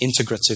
integrative